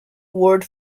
word